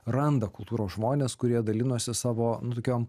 randa kultūros žmonės kurie dalinosi savo nu tokiom